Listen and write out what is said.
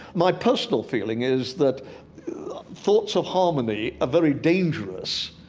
my personal feeling is that thoughts of harmony are very dangerous.